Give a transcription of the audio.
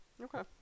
Okay